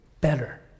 better